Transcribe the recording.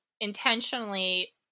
intentionally